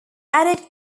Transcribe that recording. added